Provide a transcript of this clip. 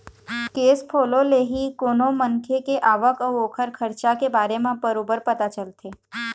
cash flow ले ही कोनो मनखे के आवक अउ ओखर खरचा के बारे म बरोबर पता चलथे